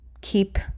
keep